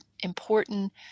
important